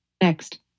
next